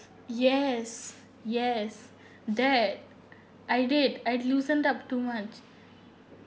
yes yes that I did I loosened up two months